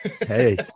Hey